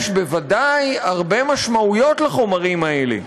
יש בוודאי הרבה משמעויות לחומרים האלה,